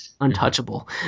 untouchable